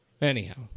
Anyhow